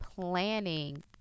planning